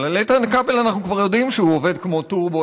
אבל על איתן כבל אנחנו כבר יודעים שהוא עובד כמו טורבו,